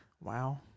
Wow